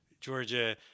Georgia